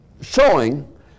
showing